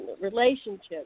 relationships